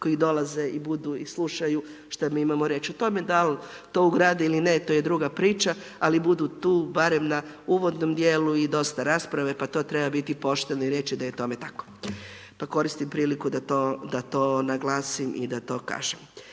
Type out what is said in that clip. koji dolaze i budu i slušaju šta mi imamo reći o tome dal' to ugradi ili ne, to je druga priča ali budu tu barem na uvodnom djelu i dosta rasprave, pa tu treba biti pošten i reći da je tome tako pa koristim priliku da to naglasim i da to kažem.